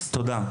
תודה.